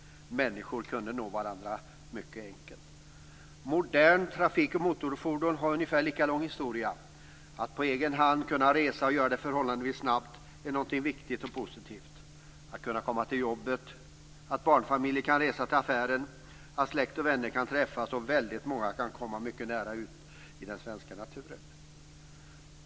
Människor kunde nå varandra mycket enkelt. Moderna trafik och motorfordon har en ungefär lika lång historia. Att på egen hand kunna resa förhållandevis snabbt är någonting viktigt och positivt. Det innebär att man kan komma till jobbet, att barnfamiljer kan resa till affären, att släkt och vänner kan träffas och att många kan komma ut i den svenska naturen.